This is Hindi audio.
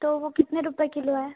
तो वो कितने रुपए किलो है